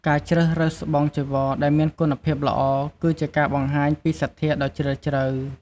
ការជ្រើសរើសស្បង់ចីវរដែលមានគុណភាពល្អ គឺជាការបង្ហាញពីសទ្ធាដ៏ជ្រាលជ្រៅ។